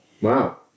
wow